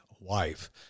wife